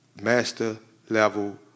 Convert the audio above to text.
master-level